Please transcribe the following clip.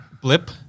Blip